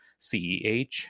CEH